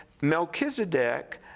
Melchizedek